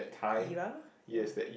era ya